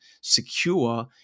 secure